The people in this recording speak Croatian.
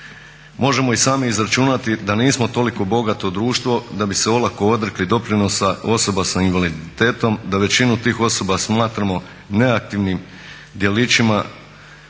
Možemo i sami izračunati da nismo toliko bogato društvo da bi se olako odrekli doprinosa osoba sa invaliditetom, da većinu tih osoba smatramo neaktivnima dijeleći